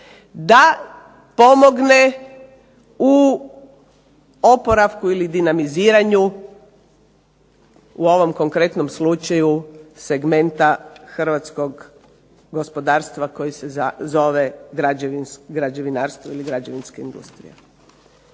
da pomogne u oporavku ili dinamiziranju u ovom konkretnom slučaju segmenta hrvatskog gospodarstva koji se zove građevinarstvo ili građevinska industrija.